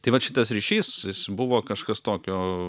tai vat šitas ryšys buvo kažkas tokio